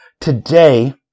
today